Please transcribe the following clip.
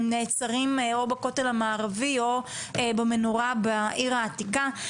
הם נעצרים בכותל המערבי או במנורה בעיר העתיקה.